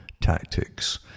tactics